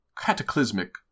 cataclysmic